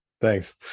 Thanks